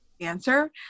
answer